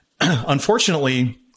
unfortunately